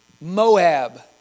Moab